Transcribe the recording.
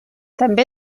també